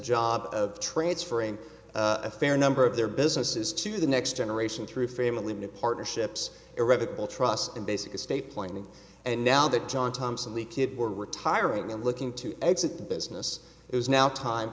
job of transferring a fair number of their businesses to the next generation through family new partnerships irrevocable trust in basic estate planning and now that john thompson the kids were retiring and looking to exit the business it was now time